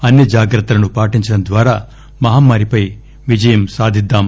అన్ని జాగ్రత్తలను పాటించడం ద్వారా మహమ్మా రిపై విజయం సాధిద్వాం